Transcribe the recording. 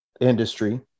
industry